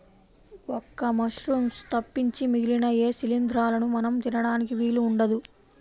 ఒక్క మశ్రూమ్స్ తప్పించి మిగిలిన ఏ శిలీంద్రాలనూ మనం తినడానికి వీలు ఉండదు